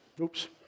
Oops